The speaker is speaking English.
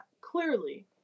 Clearly